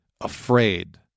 afraid